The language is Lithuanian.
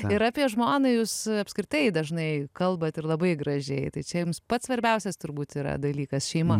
ir apie žmoną jūs apskritai dažnai kalbat ir labai gražiai tai čia jums pats svarbiausias turbūt yra dalykas šeima